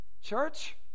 Church